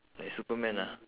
like superman lah